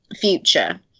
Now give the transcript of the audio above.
future